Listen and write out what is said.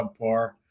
subpar